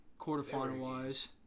quarterfinal-wise